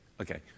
Okay